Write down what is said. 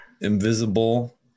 Invisible